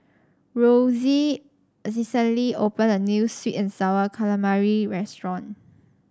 Rosey recently opened a new sweet and sour calamari restaurant